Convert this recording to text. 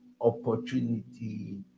opportunity